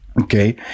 Okay